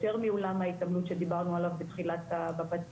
יותר מאולם ההתעמלות שדיברנו עליו בפתיח.